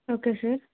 okay sir